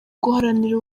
guharanira